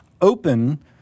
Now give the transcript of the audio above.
open